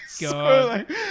God